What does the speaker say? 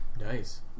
Nice